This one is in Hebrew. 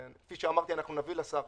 כפי שאמרתי, נביא לשר